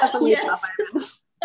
yes